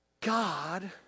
God